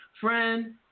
friend